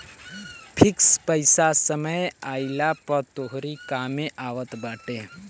fix पईसा समय आईला पअ तोहरी कामे आवत बाटे